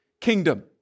kingdom